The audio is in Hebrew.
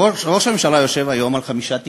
ראש הממשלה יושב היום על חמישה תיקים: